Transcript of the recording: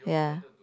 ya